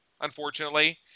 unfortunately